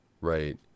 right